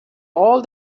all